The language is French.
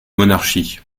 monarchie